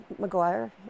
McGuire